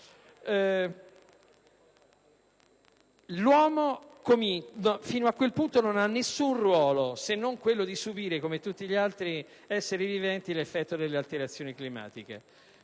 L'uomo, fino a quel punto, non ha avuto nessun ruolo se non quello di subire, come tutti gli altri esseri viventi, l'effetto delle alterazioni climatiche.